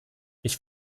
ich